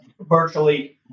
virtually